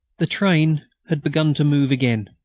the train had begun to move again.